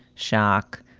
shock,